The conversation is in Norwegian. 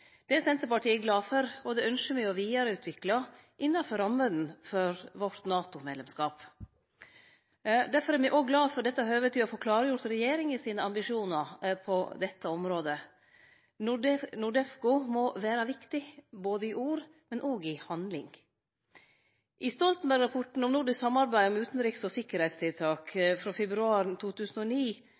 Det er Senterpartiet glad for, og det ynskjer me å vidareutvikle innanfor rammene for vårt NATO-medlemskap. Derfor er me også glad for dette høvet til å få klargjort regjeringa sine ambisjonar på dette området. NORDEFCO må vere viktig både i ord og handling. I Stoltenberg-rapporten om nordisk samarbeid om utanriks- og sikkerheitstiltak frå februar 2009